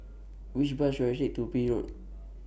Which Bus should I Take to Peel Road